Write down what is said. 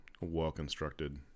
well-constructed